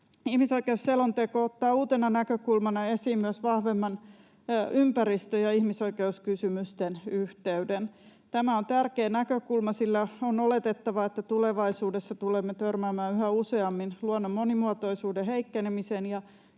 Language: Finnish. ihmisoikeusselonteko ottaa uutena näkökulmana esiin myös vahvemman ympäristö‑ ja ihmisoikeuskysymysten yhteyden. Tämä on tärkeä näkökulma, sillä on oletettava, että tulevaisuudessa tulemme törmäämään yhä useammin luonnon monimuotoisuuden heikkenemisen ja